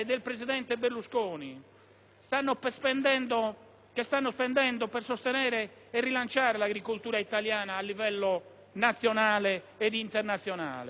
stanno spendendo per sostenere e rilanciare l'agricoltura italiana a livello nazionale e internazionale.